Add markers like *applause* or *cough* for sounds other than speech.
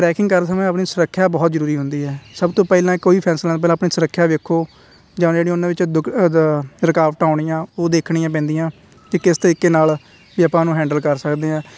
tracking ਕਰਦੇ ਸਮੇਂ ਆਪਣੀ ਸੁਰੱਖਿਆ ਬਹੁਤ ਜ਼ਰੂਰੀ ਹੁੰਦੀ ਹੈ ਸਭ ਤੋਂ ਪਹਿਲਾਂ ਕੋਈ ਵੀ ਫੈਸਲਾ ਪਹਿਲਾਂ ਆਪਣੀ ਸੁਰੱਖਿਆ ਵੇਖੋ ਜਾਂ ਜਿਹੜੀ ਉਹਨਾਂ ਵਿੱਚੋਂ *unintelligible* ਰੁਕਾਵਟਾਂ ਆਉਣੀਆਂ ਉਹ ਦੇਖਣੀਆਂ ਪੈਂਦੀਆਂ ਕਿ ਕਿਸ ਤਰੀਕੇ ਨਾਲ ਵੀ ਆਪਾਂ ਉਹਨੂੰ ਹੈਂਡਲ ਕਰ ਸਕਦੇ ਹਾਂ